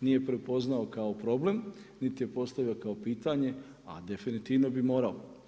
nije prepoznao kao problem, niti je postavio kao pitanje, a definitivno bi morao.